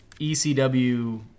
ECW